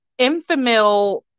Infamil